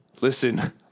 Listen